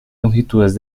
longitudes